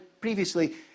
previously